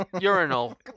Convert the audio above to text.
urinal